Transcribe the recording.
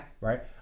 right